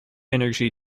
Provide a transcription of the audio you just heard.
energy